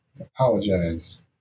Apologize